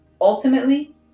ultimately